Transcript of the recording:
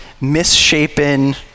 misshapen